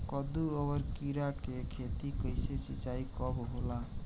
कदु और किरा के खेती में सिंचाई कब होला?